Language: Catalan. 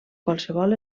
qualsevol